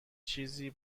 چیزی